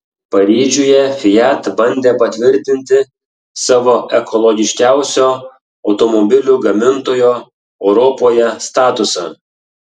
paryžiuje fiat bandė patvirtinti savo ekologiškiausio automobilių gamintojo europoje statusą